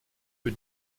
für